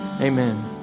amen